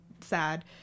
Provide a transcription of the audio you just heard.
sad